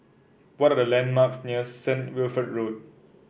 what are the landmarks near St Wilfred Road